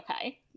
okay